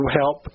help